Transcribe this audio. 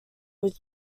was